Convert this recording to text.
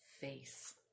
face